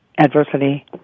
adversity